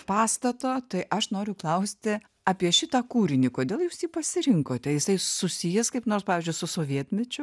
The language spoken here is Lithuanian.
pastato tai aš noriu klausti apie šitą kūrinį kodėl jūs jį pasirinkote jisai susijęs kaip nors pavyzdžiui su sovietmečiu